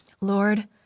Lord